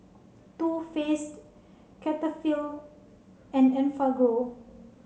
too Faced Cetaphil and Enfagrow